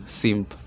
simp